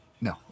no